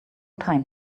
time